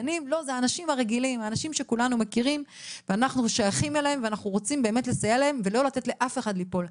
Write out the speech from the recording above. לאנשים העובדים שכולנו מכירים ולא רוצים שהם ייפלו.